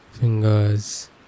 fingers